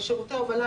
שירותי הובלה,